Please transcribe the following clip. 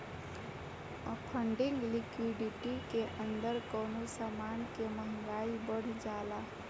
funding liquidity के अंदर कवनो समान के महंगाई बढ़ जाला